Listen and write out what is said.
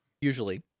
Usually